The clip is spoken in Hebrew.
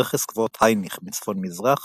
רכס גבעות הייניך מצפון-מזרח